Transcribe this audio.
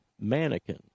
Mannequin